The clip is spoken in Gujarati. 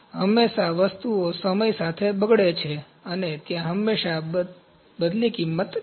હંમેશા વસ્તુઓ સમય સાથેબગડે છે અને ત્યાં હંમેશા બદલી કિંમત છે